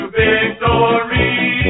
victory